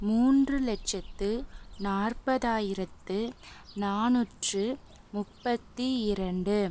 மூன்று லட்சத்து நாற்பதாயிரத்து நானூற்று முப்பத்தி இரண்டு